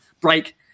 break